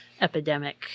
epidemic